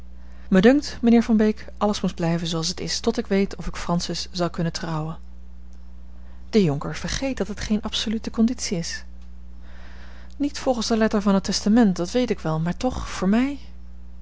dunkt mijnheer van beek alles moest blijven zooals het is tot ik weet of ik francis zal kunnen huwen de jonker vergeet dat het geene absolute conditie is niet volgens de letter van het testament dat weet ik wel maar toch voor mij